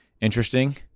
interesting